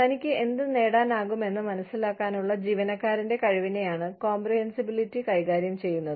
തനിക്ക് എന്ത് നേടാനാകുമെന്ന് മനസ്സിലാക്കാനുള്ള ജീവനക്കാരന്റെ കഴിവിനെയാണ് കോംപ്രിഹെൻസിബിലിറ്റി കൈകാര്യം ചെയ്യുന്നത്